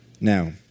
Now